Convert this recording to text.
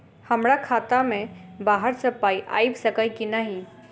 हमरा खाता मे बाहर सऽ पाई आबि सकइय की नहि?